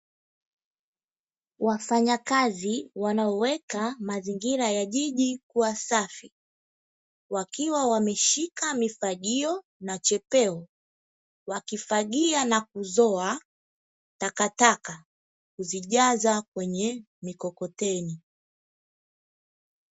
Wafanyakazi wanaoweka mazingira ya jiji kuwa safi wakiwa wameshika mifagio na chepeo wakifagia na kuzoa takataka kuzijaza kwenye mikokoteni.